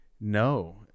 no